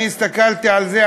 אני הסתכלתי על זה,